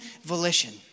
volition